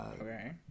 Okay